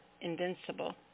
invincible